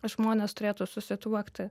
žmonės turėtų susituokti